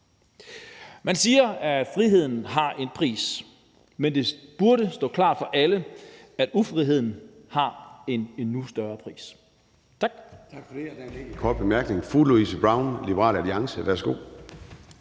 Man siger, at friheden har en pris, men det burde stå klart for alle, at ufriheden har en endnu større pris. Tak.